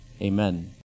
Amen